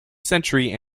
century